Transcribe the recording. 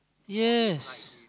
yes